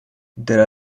there